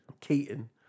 Keaton